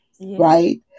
right